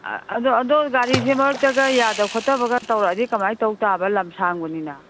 ꯑꯗꯣ ꯑꯗꯣ ꯒꯥꯔꯤꯁꯤ ꯃꯔꯛꯇꯒ ꯌꯥꯗ ꯈꯣꯠꯇꯕꯒ ꯇꯧꯔꯛꯑꯗꯤ ꯀꯃꯥꯏ ꯇꯧ ꯇꯥꯕ ꯂꯝ ꯁꯥꯡꯕꯅꯤꯅ